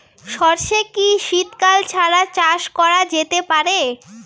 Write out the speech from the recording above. সর্ষে কি শীত কাল ছাড়া চাষ করা যেতে পারে?